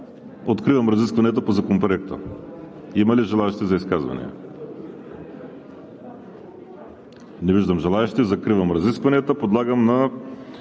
Откривам разискванията по Законопроекта. Има ли желаещи за изказване? Не виждам. Закривам разискванията. Подлагам на